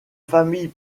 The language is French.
famille